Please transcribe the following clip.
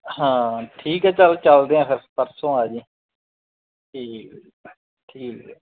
ਹਾਂ ਠੀਕ ਹੈ ਚੱਲ ਚਲਦੇ ਆ ਫਿਰ ਪਰਸੋਂ ਆ ਜੀ ਠੀਕ ਠੀਕ